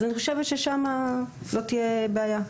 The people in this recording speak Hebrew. אז אני חושב ששם לא תהיה בעיה.